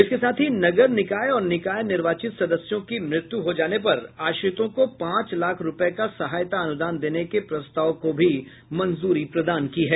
इसके साथ ही नगर निकाय और निकाय निर्वाचित सदस्यों की मृत्यु हो जाने पर आश्रितों को पांच लाख रूपये का सहायता अनुदान देने के प्रस्ताव को भी मंजूरी प्रदान की है